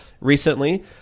recently